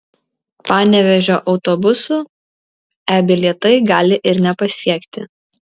panevėžio autobusų e bilietai gali ir nepasiekti